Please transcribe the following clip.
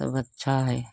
सब अच्छा है